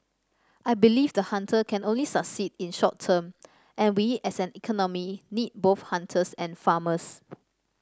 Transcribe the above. I believe the hunter can only succeed in short term and we as an economy need both hunters and farmers